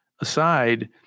aside